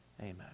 amen